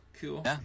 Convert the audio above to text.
cool